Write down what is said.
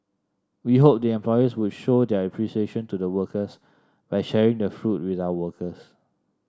we hope the employers would show their appreciation to the workers by sharing the fruit with our workers